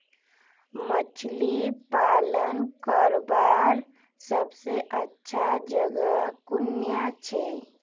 मछली पालन करवार सबसे अच्छा जगह कुनियाँ छे?